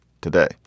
today